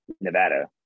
Nevada